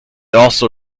also